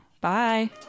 bye